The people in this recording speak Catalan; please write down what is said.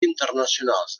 internacionals